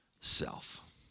self